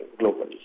globally